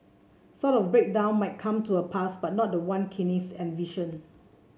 sort of breakdown might come to pass but not the one Keynes envisioned